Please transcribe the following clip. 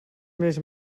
més